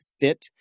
fit